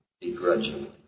begrudgingly